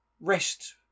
rest